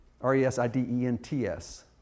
r-e-s-i-d-e-n-t-s